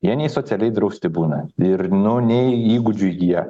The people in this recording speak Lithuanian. jie nei socialiai drausti būna ir nu nei įgūdžių įgyja